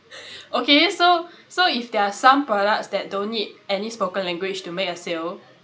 okay so so if there are some products that don't need any spoken language to make a sale